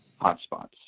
hotspots